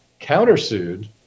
countersued